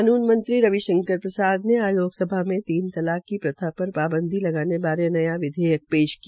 कानून मंत्री रविशंकर प्रसाद ने आज लोकसभा में तीन तलाक की प्रथा पर पांबदी लगाने बारे नया विधेयक पेश किया